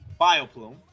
Bioplume